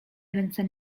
ręce